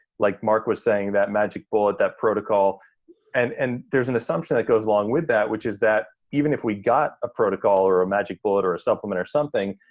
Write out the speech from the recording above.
like mark was saying, that magic bullet, that protocol and and there's an assumption that goes along with that, which is that even if we got a protocol or a magic bullet or a supplement or something,